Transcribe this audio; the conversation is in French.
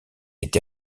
été